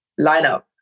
lineup